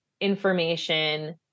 information